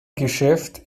geschäft